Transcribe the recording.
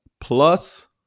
plus